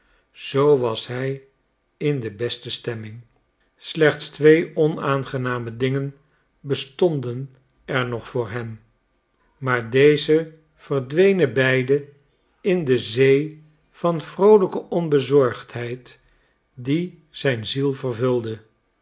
zoo was hij in de beste stemming slechts twee onaangename dingen bestonden er nog voor hem maar deze verdwenen beide in de zee van vroolijke onbezorgdheid die zijn ziel